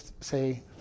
say